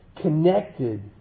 connected